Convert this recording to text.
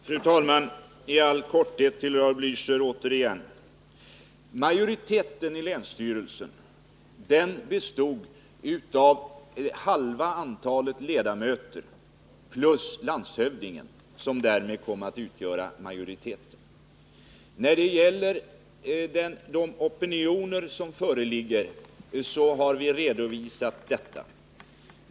Fru talman! I all korthet till Raul Blächer återigen. Majoriteten i länsstyrelsen bestod av halva antalet ledamöter plus landshövdingen, som därmed kom att utgöra majoritet. När det gäller de opinioner som föreligger har vi redovisat dessa.